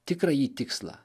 tikrąjį tikslą